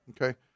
Okay